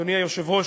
אדוני היושב-ראש,